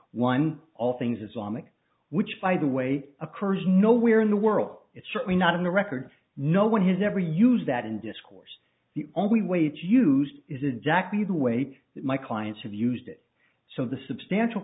one all things islamic which by the way occurs nowhere in the world so it's certainly not in the record no one has ever used that in discourse the only way to use is exactly the way my clients have used it so the substantial